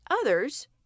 others